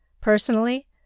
Personally